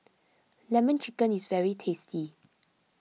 Lemon Chicken is very tasty